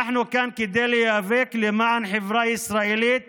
אנחנו כאן כדי להיאבק למען חברה ישראלית